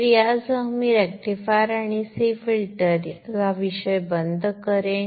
तर यासह मी रेक्टिफायर आणि C फिल्टर चा हा विषय बंद करेन